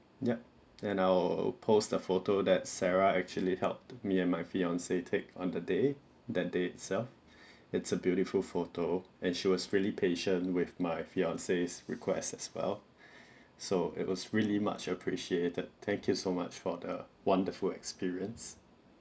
yup then I'll post the photo that sarah actually helped me and my fiancee take on the day that day itself it's a beautiful photo and she was really patient with my fiance's requests as well so it was really much appreciated thank you so much for the wonderful experience